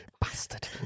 Bastard